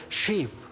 sheep